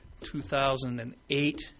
2008